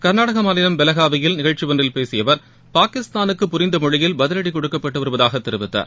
கர்நாடக மாநிலம் பெலகாவியில் நிகழ்ச்சி ஒன்றில் பேசிய அவர் பாகிஸ்தானுக்கு புரிந்த மொழியில் பதிலடி கொடுக்கப்பட்டு வருவதாக தெரிவித்தார்